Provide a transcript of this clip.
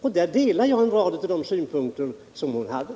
Härvidlag delar jag en rad av hennes synpunkter.